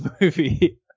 movie